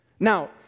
Now